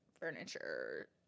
furniture